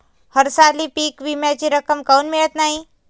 हरसाली पीक विम्याची रक्कम काऊन मियत नाई?